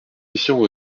mission